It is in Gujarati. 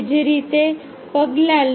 એ જ રીતે પગલાં લો